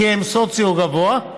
כי הן בסוציו גבוה,